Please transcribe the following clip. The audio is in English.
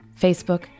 Facebook